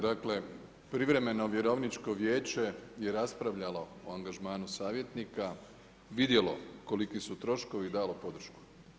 Dakle Privremeno vjerovničko vijeće je raspravljalo o angažmanu savjetnika, vidjelo koliki su troškovi, dalo podršku.